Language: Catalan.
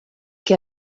que